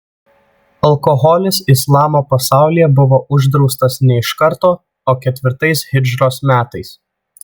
alkoholis islamo pasaulyje buvo uždraustas ne iš karto o ketvirtais hidžros metais